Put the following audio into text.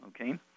okay